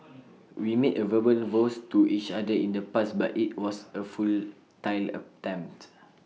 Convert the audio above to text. we made A verbal vows to each other in the past but IT was A futile attempt